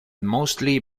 mostly